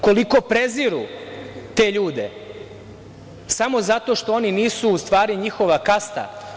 Koliko preziru te ljude samo zato što oni nisu u stvari njihova kasta.